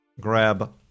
Grab